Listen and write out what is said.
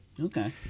Okay